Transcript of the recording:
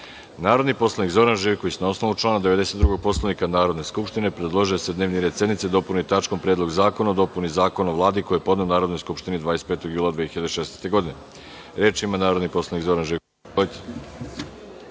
predlog. Narodni poslanik Zoran Živković, na osnovu član 92. Poslovnika Narodne skupštine predložio je da se dnevni red sednice dopuni tačkom predlog zakona o dopuni Zakona o Vladi, koji je podneo Narodnoj skupštini 25. jula 2016. godine .Reč ima narodni poslanik Zoran Živković.